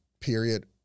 period